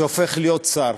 שהופך להיות שר,